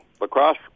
lacrosse